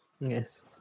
Yes